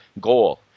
goal